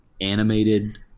animated